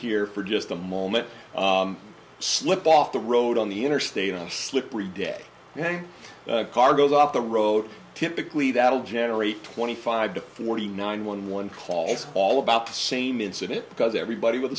here for just a moment slipped off the road on the interstate on a slippery day and a car goes off the road typically that'll generate twenty five to forty nine one one calls all about the same incident because everybody with a